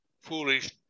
foolish